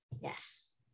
Yes